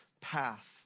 path